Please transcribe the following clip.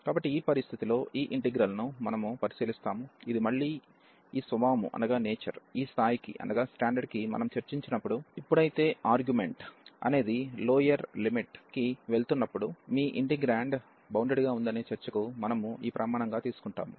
కాబట్టి ఈ పరిస్థితిలో ఈ ఇంటిగ్రల్ ను మనము పరిశీలిస్తాము ఇది మళ్ళీ ఈ స్వభావము ఈ స్థాయికి కి మనం చె ర్చినప్పుడు ఎప్పుడైతే ఆర్గుమెంట్ అనేది లోయర్ లిమిట్ కి వెళుతున్నప్పుడు మీ ఇంటిగ్రాండ్ బౌండెడ్ గా ఉందనే చర్చకు మనము ఈ ప్రమాణంగా తీసుకుంటాము